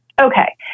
Okay